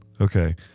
Okay